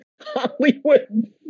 Hollywood